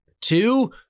two